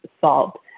solved